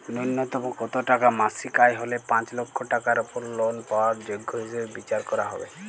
ন্যুনতম কত টাকা মাসিক আয় হলে পাঁচ লক্ষ টাকার উপর লোন পাওয়ার যোগ্য হিসেবে বিচার করা হবে?